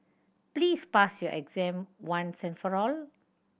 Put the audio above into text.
please pass your exam once and for all